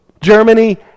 Germany